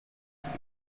each